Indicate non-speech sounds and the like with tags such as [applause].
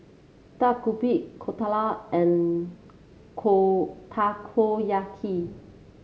Dak Galbi Dhokla and [unintelligible] Takoyaki